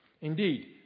Indeed